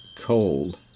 cold